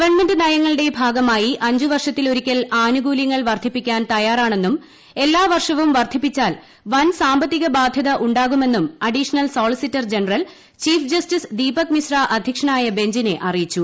government നയങ്ങളുടെ ഭാഗമായി അഞ്ചുവർഷത്തിൽ ഒരിക്കൽ ആനുകൂല്യങ്ങൾ വർദ്ധിപ്പിക്കാൻ തയ്യാറാണെന്നും എല്ലാവർഷവും വർദ്ധിപ്പിച്ചാൽ വൻ സാമ്പത്തിക ബാധ്യത ഉണ്ടാകുമെന്നും additional solicitor general chief justice Deepak Mishra അധ്യക്ഷനായ ബഞ്ചിനെ അറിയിച്ചു